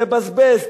תבזבז,